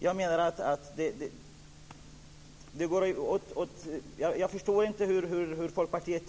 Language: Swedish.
Jag förstår inte hur man tänker i Folkpartiet.